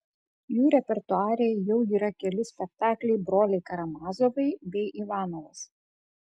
jų repertuare jau yra keli spektakliai broliai karamazovai bei ivanovas